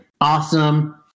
Awesome